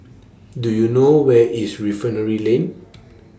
Do YOU know Where IS Refinery Lane